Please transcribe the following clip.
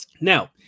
Now